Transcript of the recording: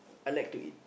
I like to eat